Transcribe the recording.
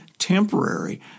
temporary